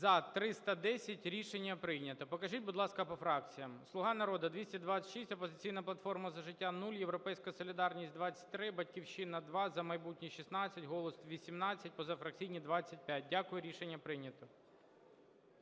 За – 310 Рішення прийнято. Покажіть, будь ласка, по фракціям. "Слуга народу" – 226, "Опозиційна платформа - За життя" – 0, "Європейська солідарність" – 23, "Батьківщина" – 2, "За майбутнє" – 16, "Голос" – 18, позафракційні – 25. Дякую. Рішення прийнято.